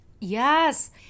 Yes